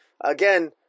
again